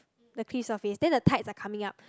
the cliff surface then the tides are coming up